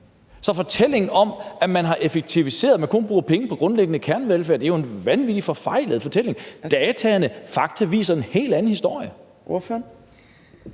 Så fortællingen om, at man har effektiviseret og kun bruger penge på grundlæggende kernevelfærd, er jo en vanvittig forfejlet fortælling. Dataene og fakta viser en helt anden historie. Kl.